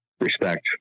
respect